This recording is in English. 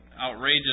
outrageous